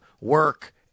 work